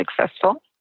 successful